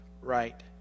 right